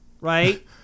right